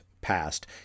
passed